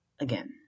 Again